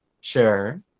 Sure